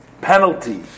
penalty